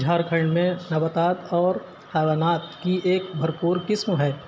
جھارکھنڈ میں نباتات اور حیوانات کی ایک بھرپور قسم ہے